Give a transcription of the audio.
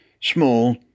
Small